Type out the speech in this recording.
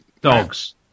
Dogs